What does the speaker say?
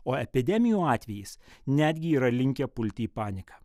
o epidemijų atvejais netgi yra linkę pulti į paniką